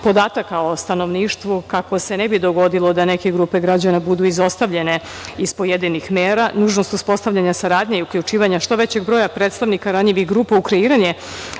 o stanovništvu kako se ne bi dogodilo da neke grupe građana budu izostavljene iz pojedinih mera, nužnost uspostavljanja saradnje i uključivanja što većeg broja predstavnika ranjivih grupa u kreiranje